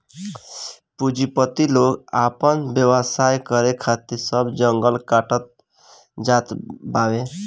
पूंजीपति लोग आपन व्यवसाय करे खातिर सब जंगल काटत जात बावे